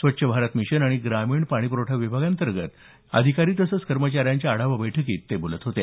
स्वच्छ भारत मिशन आणि ग्रामीण पाणी प्रखठा विभागांतर्गत अधिकारी तसंच कर्मचाऱ्यांच्या आढावा बैठकीत ते बोलत होते